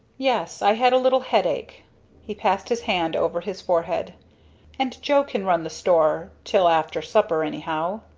yes i had a little headache he passed his hand over his forehead and joe can run the store till after supper, anyhow.